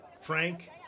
Frank